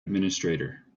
administrator